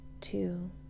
two